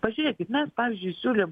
pažiūrėkit mes pavyzdžiui siūlėm